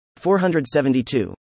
472